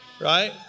Right